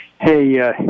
Hey